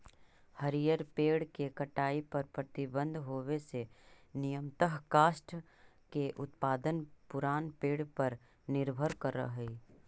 हरिअर पेड़ के कटाई पर प्रतिबन्ध होवे से नियमतः काष्ठ के उत्पादन पुरान पेड़ पर निर्भर करऽ हई